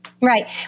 Right